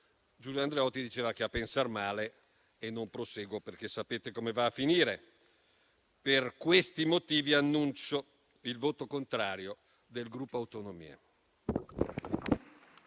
Giulio Andreotti rispetto al pensar male, quindi non proseguo perché sapete come va a finire. Per questi motivi annuncio il voto contrario del Gruppo Per le Autonomie